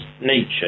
nature